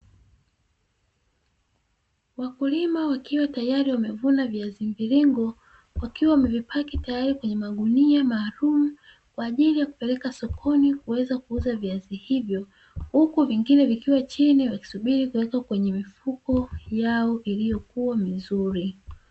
Wakulima wakiwa tayari wamelima viazi mviringo wakiwa tayari wamevipaki kwenye magunia maalumu kwaajili ya kupelekwa sokoni kuweza kuuza viazi hivyo, huku vingine vikiwachini kusubiri kuwekwa kwenye mifuko yao iliyokuwa mizuri.